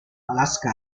alaska